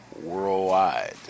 worldwide